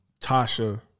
Tasha